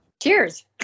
Cheers